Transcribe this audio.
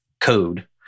code